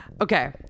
Okay